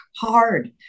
hard